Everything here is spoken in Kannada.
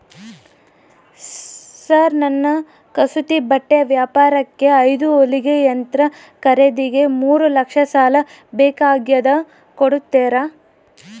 ಸರ್ ನನ್ನ ಕಸೂತಿ ಬಟ್ಟೆ ವ್ಯಾಪಾರಕ್ಕೆ ಐದು ಹೊಲಿಗೆ ಯಂತ್ರ ಖರೇದಿಗೆ ಮೂರು ಲಕ್ಷ ಸಾಲ ಬೇಕಾಗ್ಯದ ಕೊಡುತ್ತೇರಾ?